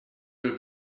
will